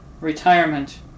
retirement